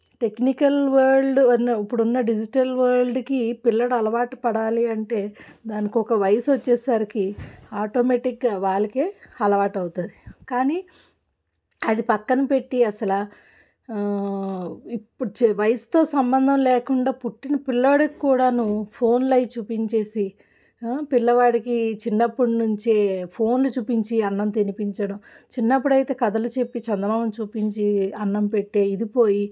technical world అన్న ఇప్పుడు ఉన్న డిజిటల్ వరల్డ్కి పిల్లలు అలవాటు పడాలి అంటే దానికి ఒక వయసు వచ్చేసరికి ఆటోమేటిక్గా వాళ్ళకే అలవాటవుతుంది కానీ అది పక్కన పెట్టి అసలు ఇప్పుచే వయసుతో సంబంధం లేకుండా పుట్టిన పిల్లాడికి కూడాను ఫోన్లు అవి చూపించేసి పిల్లవాడికి చిన్నప్పుడునుంచే ఫోన్లు చూపించి అన్నం తినిపించడం చిన్నప్పుడైతే కథలు చెప్పి చందమామను చూపించి అన్నం పెట్టే ఇది పోయి